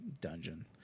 dungeon